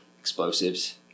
explosives